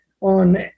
on